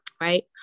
right